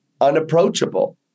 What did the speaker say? unapproachable